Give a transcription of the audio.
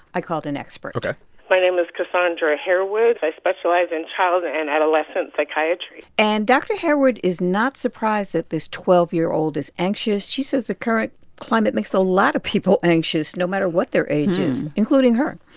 i called an expert ok my name is cassandra harewood. i specialize in child and adolescent psychiatry and dr. harewood is not surprised that this twelve year old is anxious. she says the current climate makes a lot of people anxious, no matter what their age is, including her.